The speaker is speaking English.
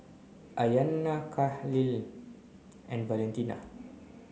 Ayanna Kahlil and Valentina